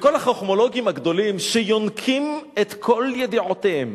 לכל החכמולוגים הגדולים, שיונקים את כל ידיעותיהם